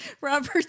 Robert